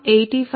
580